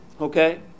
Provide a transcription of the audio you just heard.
okay